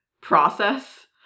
process